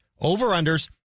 over-unders